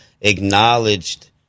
acknowledged